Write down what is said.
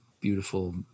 beautiful